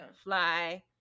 fly